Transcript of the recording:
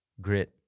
grit